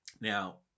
Now